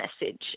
message